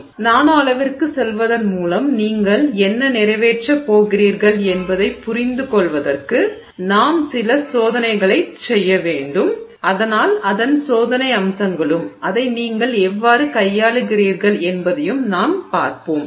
எனவே நானோ அளவிற்குச் செல்வதன் மூலம் நீங்கள் என்ன நிறைவேற்றப் சாதிக்கப் போகிறீர்கள் என்பதைப் புரிந்துகொள்வதற்கு நாம் சில சோதனைகளைச் செய்ய வேண்டும் அதனால் அதன் சோதனை அம்சங்களும் அதை நீங்கள் எவ்வாறு கையாளுகிறீர்கள் என்பதையும் நாம் பார்ப்போம்